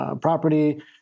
property